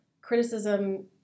Criticism